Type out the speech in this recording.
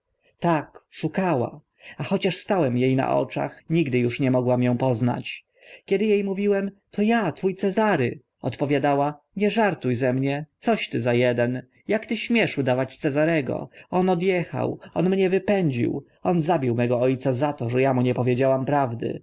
tak szukała a chociaż stałem e na oczach nigdy uż nie mogła mię poznać kiedy e mówiłem to a twó cezary odpowiadała nie żartu ze mnie coś ty za eden jak ty śmiesz udawać cezarego on od echał on mnie wypędził on zabił mego o ca za to że a mu nie powiedziałam prawdy